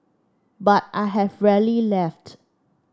but I have rarely left